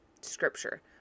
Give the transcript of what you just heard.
scripture